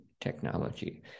technology